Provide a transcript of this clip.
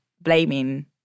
blaming